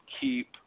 keep –